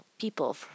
people